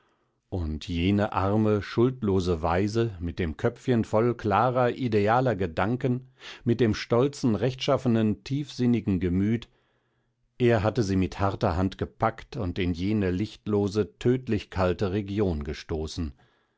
und jene arme schuldlose waise mit dem köpfchen voll klarer idealer gedanken mit dem stolzen rechtschaffenen tiefsinnigen gemüt er hatte sie mit harter hand gepackt und in jene lichtlose tödlich kalte region gestoßen